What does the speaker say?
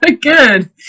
good